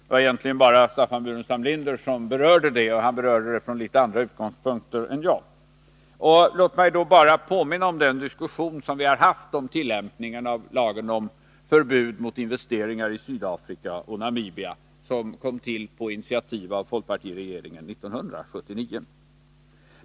Det var egentligen bara Staffan Burenstam Linder som berörde det, och han berörde det från i viss mån andra utgångspunkter än mina. Jag vill då påminna om den diskussion som vi har haft om tillämpningen av lagen om förbud mot investeringar i Sydafrika och Namibia, som kom till på initiativ av folkpartiregeringen 1979.